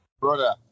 brother